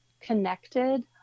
connected